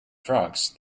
frogs